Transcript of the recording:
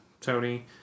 Tony